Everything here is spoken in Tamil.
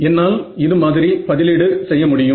என்னால் இது மாதிரி பதிலீடு செய்ய முடியும்